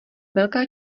velká